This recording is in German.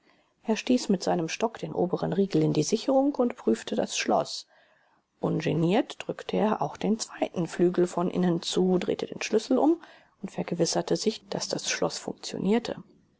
er stieß mit seinem stock den oberen riegel in die sicherung und prüfte das schloß ungeniert drückte er auch den zweiten flügel von innen zu drehte den schlüssel um und vergewisserte sich daß das schloß funktionierte